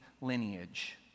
lineage